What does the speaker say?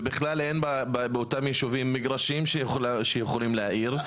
ובכלל אין באותם ישובים מגרשים שיכולים להאיר,